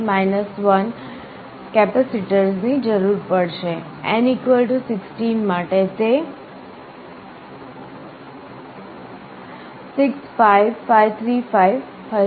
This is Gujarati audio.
મારે 2n 1 કંપેરેટર્સ ની જરૂર પડશે N 16 માટે તે 65535 હશે